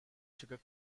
sugar